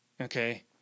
Okay